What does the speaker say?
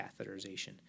catheterization